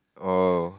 oh